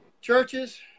churches